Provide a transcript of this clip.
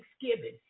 thanksgiving